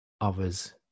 others